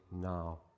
now